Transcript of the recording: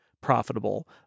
Profitable